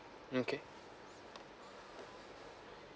okay